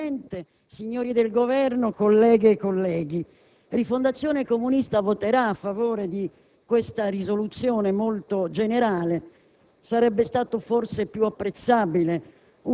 GAGLIARDI *(RC-SE)*. Signor Presidente, signori del Governo, colleghe e colleghi, Rifondazione Comunista voterà a favore di questa risoluzione molto generale.